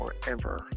forever